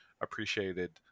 appreciated